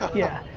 yeah,